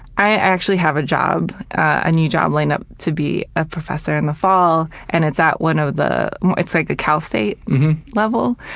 i actually have a new job lined up to be a professor in the fall, and it's at one of the it's like a cal state level.